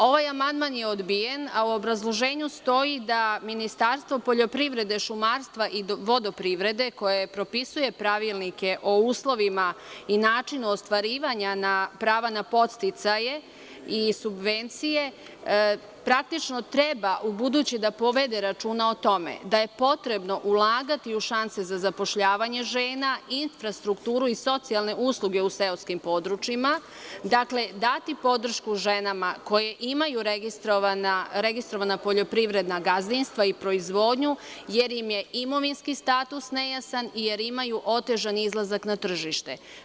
Ovaj amandman je odbijen, a u obrazloženju stoji da Ministarstvo poljoprivrede, šumarstva i vodoprivrede, koje propisuje pravilnike o uslovima i načinu o ostvarivanja na prava na podsticaje i subvencije, praktično treba ubuduće da povede računa o tome da je potrebno ulagati u šanse za zapošljavanje žena, infrastrukturu i socijalne usluge u seoskim područjima, dati podršku ženama koje imaju registrovana poljoprivredna gazdinstva i proizvodnju, jer im je imovinski status nejasan, jer imaju otežan izlazak na tržište.